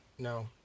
No